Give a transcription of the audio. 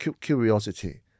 curiosity